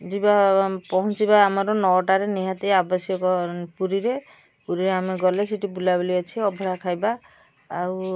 ଯିବା ଆଉ ପହଞ୍ଚିବା ଆମର ନଅଟାରେ ନିହାତି ଆବଶ୍ୟକ ପୁରୀରେ ପୁରୀରେ ଆମେ ଗଲେ ସେଠି ବୁଲାବୁଲି ଅଛି ଅବଢ଼ା ଖାଇବା ଆଉ